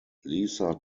lisa